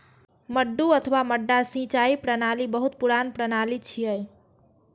मड्डू अथवा मड्डा सिंचाइ प्रणाली बहुत पुरान प्रणाली छियै